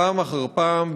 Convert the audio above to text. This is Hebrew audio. פעם אחר פעם,